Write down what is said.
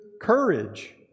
courage